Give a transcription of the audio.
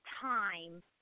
time